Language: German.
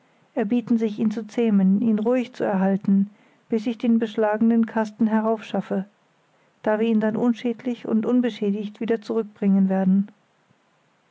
erbieten sich ihn zu zähmen ihn ruhig zu erhalten bis ich den beschlagenen kasten heraufschaffe da wir ihn denn unschädlich und unbeschädigt wieder zurückbringen werden